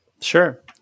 Sure